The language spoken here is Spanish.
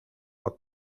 por